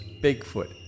Bigfoot